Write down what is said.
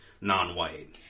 non-white